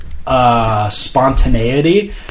Spontaneity